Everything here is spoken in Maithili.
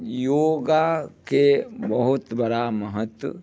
योगाके बहुत बड़ा महत्व